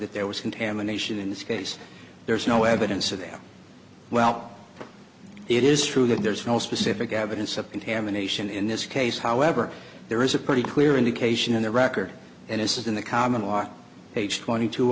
that there was contamination in this case there's no evidence of them well it is true that there's no specific evidence of contamination in this case however there is a pretty clear indication in the record and is in the common law page twenty two